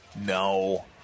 No